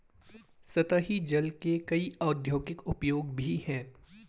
सतही जल के कई औद्योगिक उपयोग भी हैं